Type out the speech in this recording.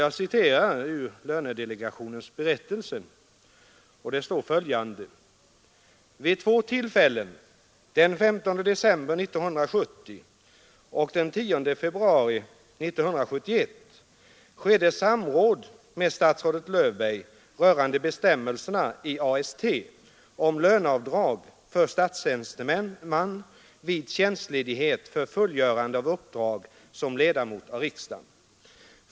Jag citerar ur lönedelegationens berättelse: ”Vid två tillfällen, den 15 december 1970 och den 10 februari 1971, skedde samråd med statsrådet Löfberg rörande bestämmelserna i AST om löneavdrag för statstjänsteman vid tjänstledighet för fullgörande av uppdrag som ledamot av riksdagen.